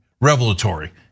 revelatory